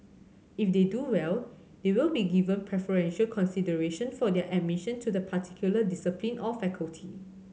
if they do well they will be given preferential consideration for their admission to the particular discipline or faculty